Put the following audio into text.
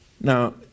Now